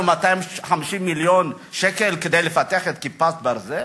250 מיליון שקל כדי לפתח את "כיפת ברזל"?